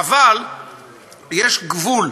אבל יש גבול.